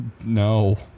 No